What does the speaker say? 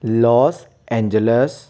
Los Angeles